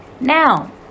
Now